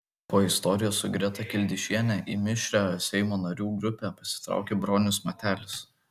po istorijos su greta kildišiene į mišrią seimo narių grupę pasitraukė bronius matelis